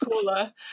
cooler